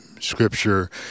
scripture